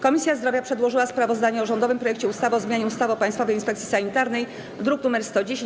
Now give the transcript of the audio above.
Komisja Zdrowia przedłożyła sprawozdanie o rządowym projekcie ustawy o zmianie ustawy o Państwowej Inspekcji Sanitarnej, druk nr 110.